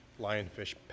lionfish